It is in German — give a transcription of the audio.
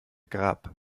grab